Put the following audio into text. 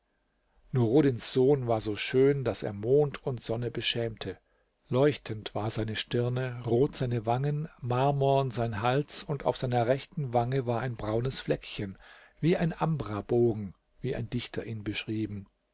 nuruddins sohn war so schön daß er mond und sonne beschämte leuchtend war seine stirne rot seine wangen marmorn sein hals und auf seiner rechten wange war ein braunes fleckchen wie ein ambrabogen wie ein dichter ihn beschrieben